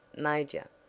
major,